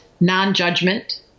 non-judgment